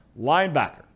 linebacker